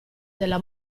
della